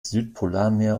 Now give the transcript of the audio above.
südpolarmeer